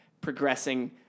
progressing